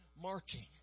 marching